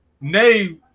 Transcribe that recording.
name